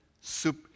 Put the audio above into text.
soup